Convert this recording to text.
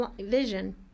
vision